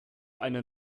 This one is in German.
eine